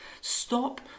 Stop